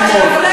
שמעון,